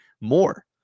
more